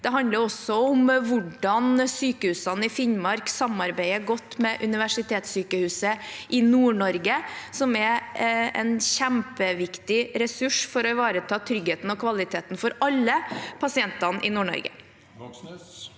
Det handler også om hvordan sykehusene i Finnmark samarbeider godt med Universitetssykehuset Nord-Norge, som er en kjempeviktig ressurs for å ivareta tryggheten og kvaliteten for alle pasientene i Nord-Norge.